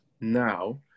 now